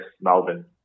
Melbourne